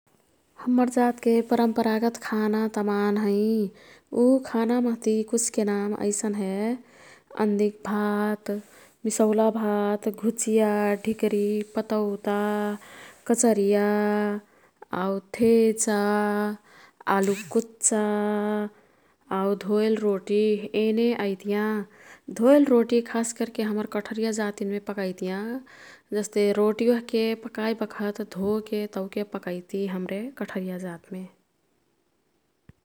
हम्मर जातके परम्परागत खाना तमान हैं। ऊ खाना मह्ती कुछके नाम ऐसन् हे। अन्दिक भात, मिसौला भात, घुचिया, ढिकरी, पतौता, कचरिया आऊ थेचा आलुक कुच्चा आऊ धोइल रोटी येने ऐतियाँ। धोइल रोटी खासकर्के हम्मर कठरिया जतिन् मे पकैतियाँ। जस्ते रोटी ओह्के पकाई बखत धोके तौके पकैति हाम्रे कठरिया जात् मे।